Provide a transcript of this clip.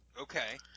Okay